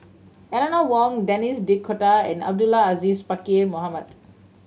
Eleanor Wong Denis D'Cotta and Abdul Aziz Pakkeer Mohamed